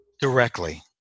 directly